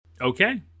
Okay